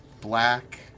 black